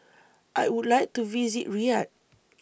I Would like to visit Riyadh